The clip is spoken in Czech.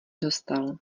dostal